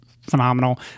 phenomenal